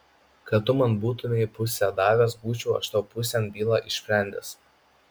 kad tu man būtumei pusę davęs būčiau aš tavo pusėn bylą išsprendęs